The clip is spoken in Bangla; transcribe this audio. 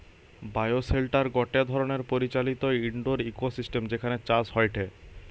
বায়োশেল্টার গটে ধরণের পরিচালিত ইন্ডোর ইকোসিস্টেম যেখানে চাষ হয়টে